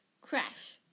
Crash